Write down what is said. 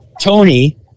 Tony